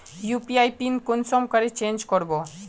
UPI PIN कुंसम करे change करबो?